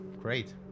great